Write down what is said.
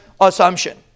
assumption